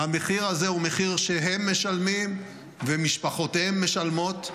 והמחיר הזה הוא מחיר שהם משלמים ומשפחותיהם משלמות.